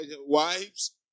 wives